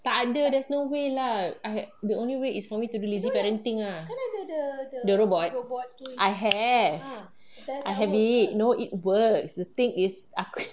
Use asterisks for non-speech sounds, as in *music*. takde there's no way lah I the only way is for me to lazy parenting lah the robot I have I have it no it works the thing is aku *laughs*